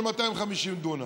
של 250 דונם.